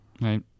right